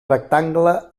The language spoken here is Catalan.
rectangle